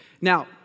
Now